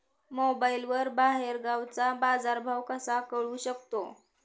मोबाईलवर बाहेरगावचा बाजारभाव कसा कळू शकतो?